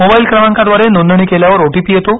mobile क्रमांकद्वारे नोंदणी केल्यावर ओटीपी येतो